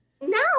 No